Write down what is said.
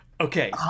Okay